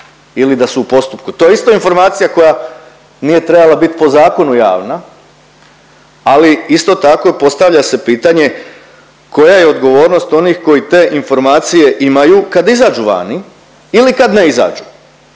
ili da su u postupku. To je isto informacija koja nije trebala biti po zakonu javna, ali isto tako postavlja se pitanje koja je odgovornost onih koji te informacije imaju kad izađu vani ili kad ne izađu